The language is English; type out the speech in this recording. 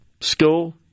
school